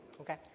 Okay